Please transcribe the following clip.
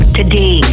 today